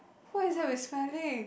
what is that we smelling